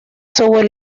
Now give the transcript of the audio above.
software